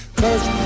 cause